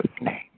name